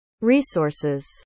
resources